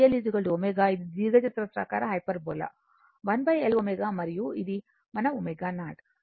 ఇది దీర్ఘచతురస్రాకార hyperbola 1 Lω మరియు ఇది మన ω0 దీనిని రెసోనెన్స్ ఫ్రీక్వెన్సీ అని పిలుస్తాము